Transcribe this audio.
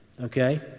okay